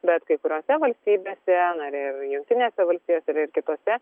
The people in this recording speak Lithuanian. bet kai kuriose valstybėse na ir jungtinėse valstijose ir kitose